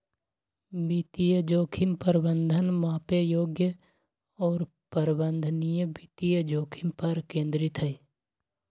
वित्तीय जोखिम प्रबंधन मापे योग्य और प्रबंधनीय वित्तीय जोखिम पर केंद्रित हई